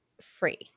free